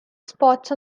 spots